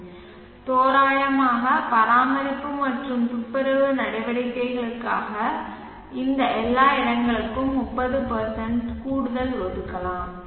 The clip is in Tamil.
எனவே தோராயமாக பராமரிப்பு மற்றும் துப்புரவு நடவடிக்கைகளுக்காக இந்த எல்லா இடங்களுக்கும் 30 கூடுதல் ஒதுக்கலாம்